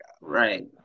Right